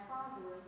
Father